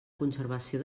conservació